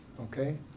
Okay